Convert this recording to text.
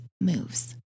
moves